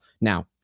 Now